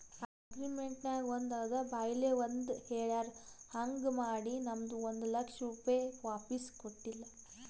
agreement ನಾಗ್ ಒಂದ್ ಅದ ಬಾಯ್ಲೆ ಒಂದ್ ಹೆಳ್ಯಾರ್ ಹಾಂಗ್ ಮಾಡಿ ನಮ್ದು ಒಂದ್ ಲಕ್ಷ ರೂಪೆ ವಾಪಿಸ್ ಕೊಟ್ಟಿಲ್ಲ